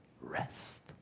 rest